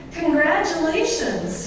congratulations